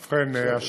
בבקשה, אדוני.